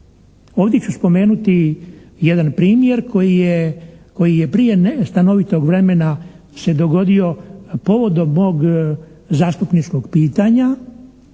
Ovdje ću spomenuti jedan primjer koji je, koji je prije stanovitog vremena se dogodio povodom mog zastupničkog pitanja.